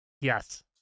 Yes